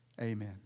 amen